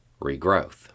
regrowth